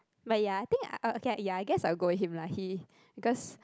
but ya I think uh okay ya I guess I will go him lah he because